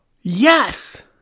Yes